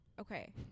Okay